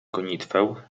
gonitwę